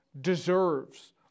deserves